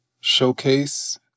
showcase